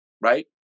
right